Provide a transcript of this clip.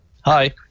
Hi